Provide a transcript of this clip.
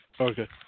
Okay